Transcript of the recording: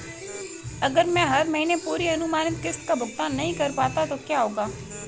अगर मैं हर महीने पूरी अनुमानित किश्त का भुगतान नहीं कर पाता तो क्या होगा?